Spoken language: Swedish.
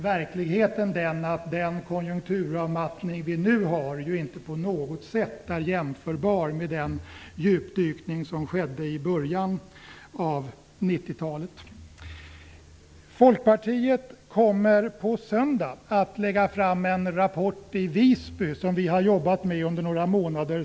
Verkligheten är att den konjunkturavmattning vi nu ser inte på något sätt är jämförbar med den djupdykning som skedde i början av 1990-talet. Folkpartiet kommer på söndag att i Visby lägga fram en rapport om lönebildningen som vi har jobbat med under några månader.